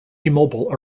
mobile